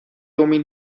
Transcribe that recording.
امین